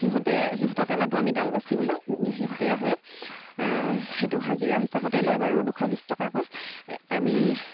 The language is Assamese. সিহঁতে সিহঁতকে মাতো আমি ডাল বাচিবলৈ সিহঁতেই আহে সেইটো হাজিৰা হিচাপতে লয় বাৰু দুশ বিছ টকাকৈ আমি